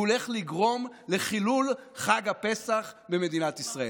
שהוא הולך לגרום לחילול חג הפסח במדינת ישראל?